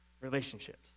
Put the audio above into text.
Relationships